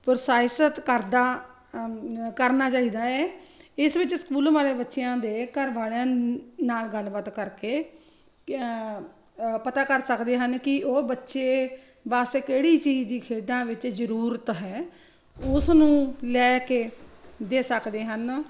ਪ੍ਰੋਸਾਈਸਤ ਕਰਦਾ ਕਰਨਾ ਚਾਹੀਦਾ ਹੈ ਇਸ ਵਿੱਚ ਸਕੂਲ ਵਾਲੇ ਬੱਚਿਆਂ ਦੇ ਘਰ ਵਾਲਿਆਂ ਨੂੰ ਨਾਲ ਗੱਲਬਾਤ ਕਰਕੇ ਕ ਪਤਾ ਕਰ ਸਕਦੇ ਹਨ ਕਿ ਉਹ ਬੱਚੇ ਵਾਸਤੇ ਕਿਹੜੀ ਚੀਜ਼ ਦੀ ਖੇਡਾਂ ਵਿੱਚ ਜ਼ਰੂਰਤ ਹੈ ਉਸ ਨੂੰ ਲੈ ਕੇ ਦੇ ਸਕਦੇ ਹਨ